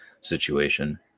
situation